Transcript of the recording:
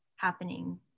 happening